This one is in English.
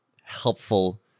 helpful